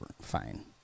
Fine